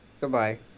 Goodbye